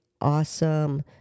awesome